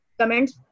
comments